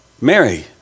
Mary